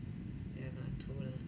ya lah true lah